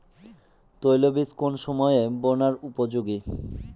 তৈলবীজ কোন সময়ে বোনার উপযোগী?